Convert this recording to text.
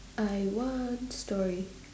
I want story